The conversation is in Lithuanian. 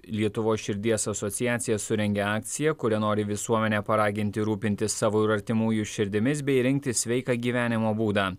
lietuvos širdies asociacija surengė akciją kuria nori visuomenę paraginti rūpintis savo ir artimųjų širdimis bei rinktis sveiką gyvenimo būdą